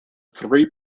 three